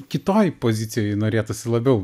kitoj pozicijoj norėtųsi labiau